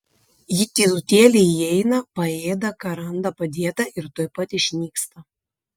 ji tylutėliai įeina paėda ką randa padėta ir tuoj pat išnyksta